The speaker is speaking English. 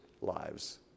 lives